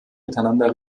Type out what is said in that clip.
miteinander